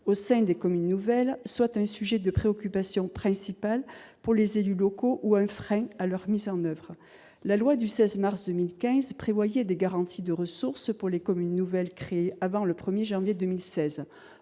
au sein des communes nouvelles constitue un sujet de préoccupation principal pour les élus locaux ou un frein à la mise en oeuvre de ces dernières. La loi du 16 mars 2015 prévoyait des garanties de ressources pour les communes nouvelles créées avant le 1 janvier 2016.